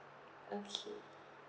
okay